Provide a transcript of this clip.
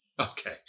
Okay